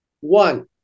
One